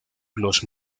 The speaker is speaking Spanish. los